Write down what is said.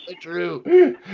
true